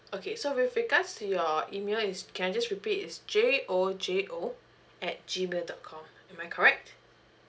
okay so with regards to your email is can I just repeat is J O J O at G mail dot com am I correct